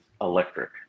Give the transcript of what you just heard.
electric